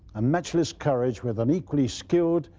ah matchless courage with an equally skilled,